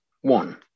one